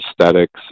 aesthetics